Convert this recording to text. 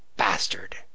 Bastard